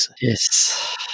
Yes